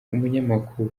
umunyamakuru